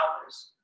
hours